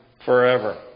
forever